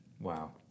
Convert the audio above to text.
Wow